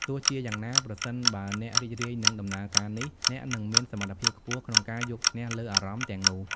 ទោះជាយ៉ាងណា ប្រសិនបើអ្នករីករាយនឹងដំណើរការនេះ អ្នកនឹងមានសមត្ថភាពខ្ពស់ក្នុងការយកឈ្នះលើអារម្មណ៍ទាំងនោះ។